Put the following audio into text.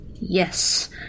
Yes